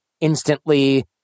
instantly